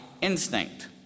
instinct